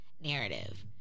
narrative